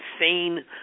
insane